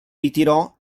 ritirò